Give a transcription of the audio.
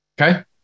Okay